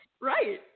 Right